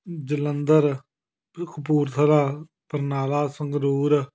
ਜਲੰਧਰ ਕ ਕਪੂਰਥਲਾ ਬਰਨਾਲਾ ਸੰਗਰੂਰ